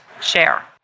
share